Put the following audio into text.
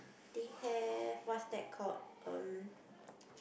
they have what's that called um